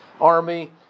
army